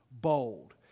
bold